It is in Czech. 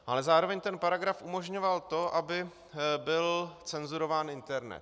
Ale zároveň ten paragraf umožňoval to, aby byl cenzurován internet.